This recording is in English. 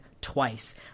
twice